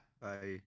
Bye